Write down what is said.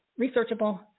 researchable